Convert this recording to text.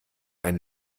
ein